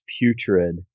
putrid